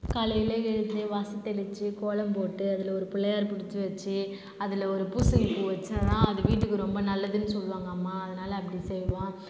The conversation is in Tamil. காலையில் எழுந்து வாசல் தெளித்து கோலம் போட்டு ஒரு அதில் பிள்ளையார் பிடிச்சி வச்சு அதில் ஒரு பூசணி பூ வச்சால் தான் அது வீட்டுக்கு ரொம்ப நல்லதுன்னு சொல்லுவாங்க அம்மா அதனால் அப்படி செய்வோம்